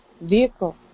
vehicle